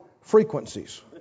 frequencies